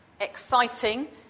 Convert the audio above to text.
exciting